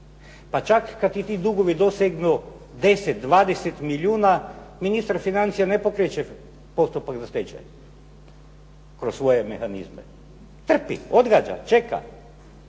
Pa čak i kada ti dugovi dosegnu 10, 20 milijuna, ministar financija ne pokreće postupak za stečaj kroz svoje mehanizme, trpi, odgađa, čeka.